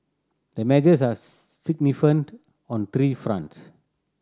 the measures are significant on three fronts